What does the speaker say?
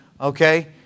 okay